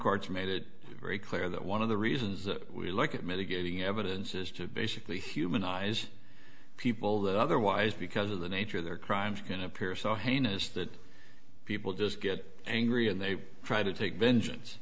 court's made it very clear that one of the reasons that we look at mitigating evidence is to basically humanize people that otherwise because of the nature of their crimes can appear so heinous that people just get angry and they try to take vengeance